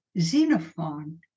Xenophon